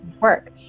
work